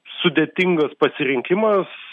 sudėtingas pasirinkimas